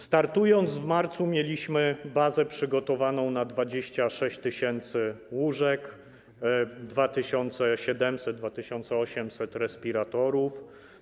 Startując w marcu, mieliśmy bazę przygotowaną na 26 tys. łóżek, 2700, 2800 respiratorów.